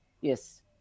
yes